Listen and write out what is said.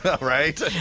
Right